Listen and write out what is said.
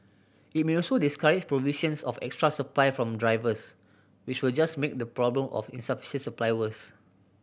it may also discourage provision of extra supply from drivers which will just make the problem of insufficient supply worse